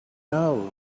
know